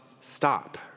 stop